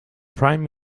prime